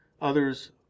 others